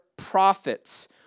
prophets